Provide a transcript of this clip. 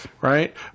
Right